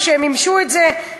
שהם מימשו את זה,